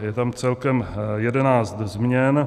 Je tam celkem 11 změn.